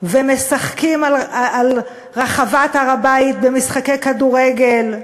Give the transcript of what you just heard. ומשחקים על רחבת הר-הבית משחקי כדורגל,